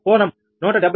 47 కోణం 175